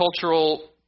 cultural